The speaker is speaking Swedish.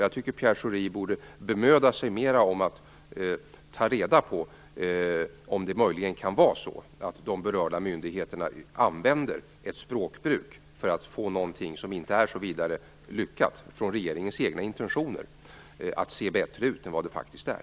Jag tycker att Pierre Schori borde bemöda sig mer att ta reda på om de berörda myndigheterna möjligen använder ett språkbruk för att uppnå någonting, som från regeringens egna intentioner, inte är så vidare lyckat för att det skall se bättre ut än vad det faktiskt är.